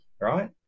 right